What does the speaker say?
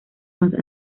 más